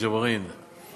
ג'בארין, ג'בארין, ג'בארין.